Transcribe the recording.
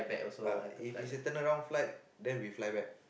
uh if it is a turn around flight then we fly back